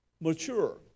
Mature